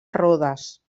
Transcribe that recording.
rodes